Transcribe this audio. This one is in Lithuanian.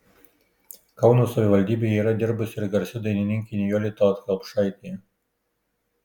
kauno savivaldybėje yra dirbusi ir garsi dainininkė nijolė tallat kelpšaitė